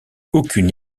aucune